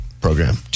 program